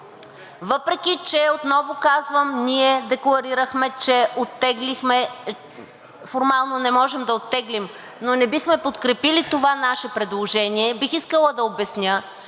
Въпреки че отново казвам, ние декларирахме, че оттеглихме – формално не можем да оттеглим, но не бихме подкрепили това наше предложение, бих искала да обясня,